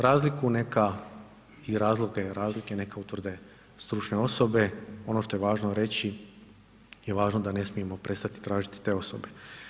Razliku neka i razloge razlike neka utvrde stručne osobe, ono što je važno reći je važno da ne smijemo prestati tražiti te osobe.